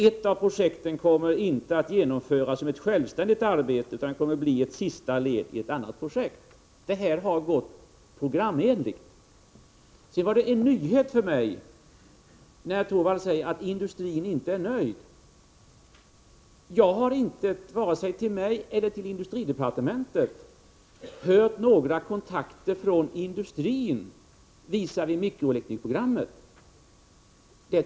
Ett av projekten kommer inte att genomföras som ett självständigt arbete, utan blir ett sista led i ett annat projekt. Detta har gått programenligt. Det var en nyhet för mig att industrin inte är nöjd, som Rune Torwald säger. Varken till mig eller till industridepartementet har industrin hört av sig beträffande mikroelektronikprogrammet.